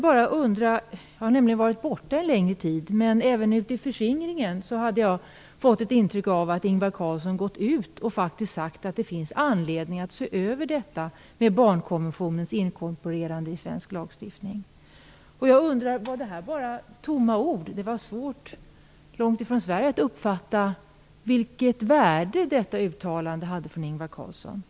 Jag har varit borta en längre tid, men även ute i förskingringen har jag fått ett intryck av att Ingvar Carlsson gått ut och sagt att det finns anledning att se över barnkonventionens inkorporerande i svensk lagstiftning. Jag undrar: Var det bara tomma ord? Det var långt från Sverige svårt att uppfatta vilket värde detta uttalande från Ingvar Carlsson hade.